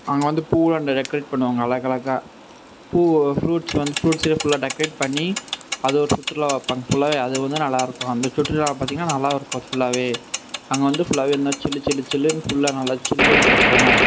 அங்கே வந்து பூவை அங்கே டெக்கரேட் பண்ணுவாங்க அழகழகாக பூவை ஃப்ரூட்ஸ் வந்து ஃப்ரூட்ஸ்லே ஃபுல்லாக டெக்கரேட் பண்ணி அது ஒரு சுற்றுலா வைப்பாங்க ஃபுல்லாவே அது வந்து நல்லா இருக்கும் அந்த சுற்றுலாவை பார்த்தீங்கனா நல்லாவும் இருக்கும் அது ஃபுல்லாவே அங்கே வந்து ஃபுல்லாவே நல்லா சில்லு சில்லுனு சில்லுனு ஃபுல்லாக நல்லா சில்லுனு இருக்கும்